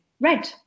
red